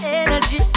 energy